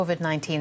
COVID-19